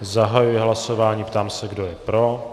Zahajuji hlasování a ptám se, kdo je pro.